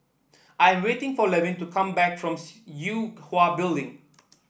I'm waiting for Levin to come back from Yue Hwa Building